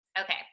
okay